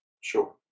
Sure